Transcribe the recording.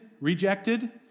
rejected